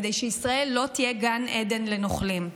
כדי שישראל לא תהיה גן עדן לנוכלים.